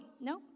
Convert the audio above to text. no